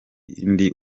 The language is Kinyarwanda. indi